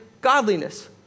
godliness